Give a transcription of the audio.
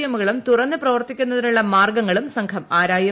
എമ്മു കളും തുറന്ന് പ്രവർത്തിക്കുന്നുതിനുള്ള മാർഗ്ഗങ്ങളും സംഘം ആരായും